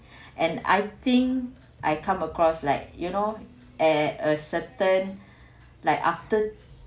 and I think I come across like you know at a certain like after